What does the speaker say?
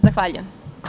Zahvaljujem.